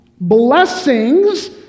Blessings